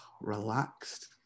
relaxed